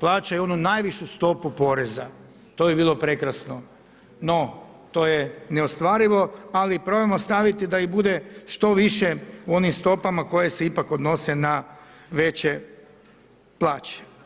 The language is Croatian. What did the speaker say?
plaćaju onu najvišu stopu poreza, to bi bilo prekrasno no to je neostvarivo ali probajmo staviti da ih bude što više u onim stopama koje se ipak odnose na veće plaće.